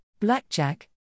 blackjack